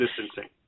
distancing